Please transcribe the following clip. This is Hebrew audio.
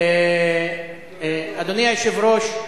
אדוני היושב-ראש,